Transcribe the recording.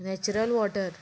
natural water